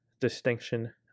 distinction